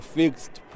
fixed